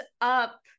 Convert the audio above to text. up